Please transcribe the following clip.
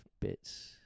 bits